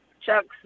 Chuck's